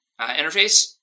interface